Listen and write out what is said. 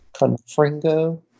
confringo